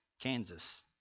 Kansas